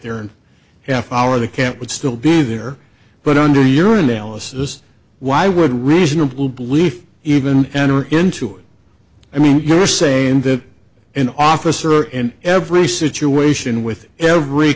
there in half hour the camp would still be there but under your analysis why would reasonable belief even enter into it i mean what you're saying that an officer in every situation with every